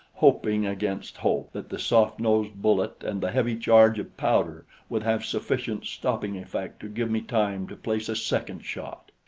hoping against hope that the soft-nosed bullet and the heavy charge of powder would have sufficient stopping effect to give me time to place a second shot.